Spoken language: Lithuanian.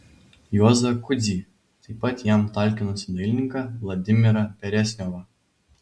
juozą kudzį taip pat jam talkinusį dailininką vladimirą beresniovą